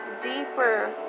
deeper